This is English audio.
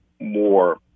more